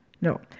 No